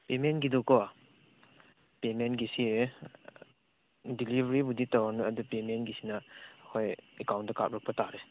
ꯄꯦꯃꯦꯟꯒꯤꯗꯣꯀꯣ ꯄꯦꯃꯦꯟꯒꯤꯁꯤ ꯗꯤꯂꯤꯕꯔꯤꯕꯨꯗꯤ ꯇꯧꯔꯅꯤ ꯑꯗꯨ ꯄꯦꯃꯦꯟꯒꯤꯁꯤꯅ ꯍꯣꯏ ꯑꯦꯀꯥꯎꯟꯗ ꯀꯥꯞꯂꯛꯄ ꯇꯥꯔꯦ